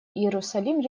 иерусалим